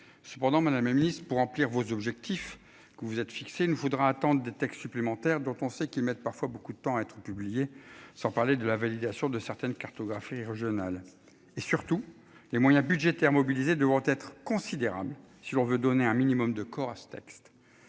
Cependant Madame même liste pour remplir vos objectifs que vous vous êtes fixés ne voudra des textes supplémentaires dont on sait qu'ils mettent parfois beaucoup de temps à être publié, sans parler de la validation de certaines cartographie régionale et surtout les moyens budgétaires mobilisés devront être considérable. Si l'on veut donner un minimum de Cora ce texte.